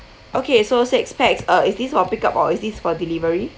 okay so six pax uh is this or pick up or is this for delivery delivery